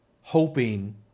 hoping